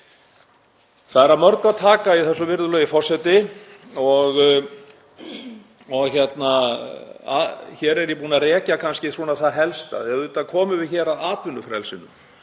Það er af mörgu að taka í þessu, virðulegi forseti, og hér er ég búinn að rekja kannski það helsta. Auðvitað komum við hér að atvinnufrelsinu